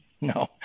No